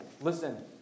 listen